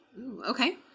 okay